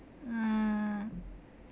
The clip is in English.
mm